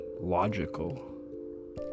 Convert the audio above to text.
logical